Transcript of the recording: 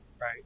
right